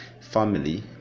family